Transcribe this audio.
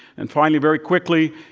and finally, very quickly,